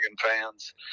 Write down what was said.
fans